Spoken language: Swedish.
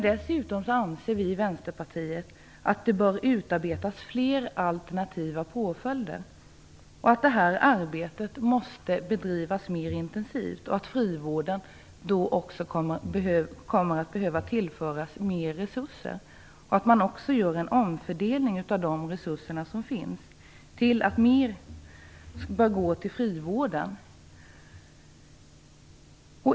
Dessutom anser vi i Vänsterpartiet att det bör utarbetas fler alternativa påföljder, att det arbetet måste bedrivas mer intensivt, att frivården också behöver tillföras mer resurser och att man skall göra en omfördelning av de resurser som finns, så att mer går till frivården.